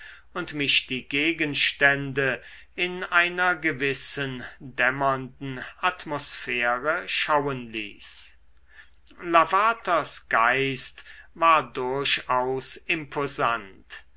und mich die gegenstände in einer gewissen dämmernden atmosphäre schauen ließ lavaters geist war durchaus imposant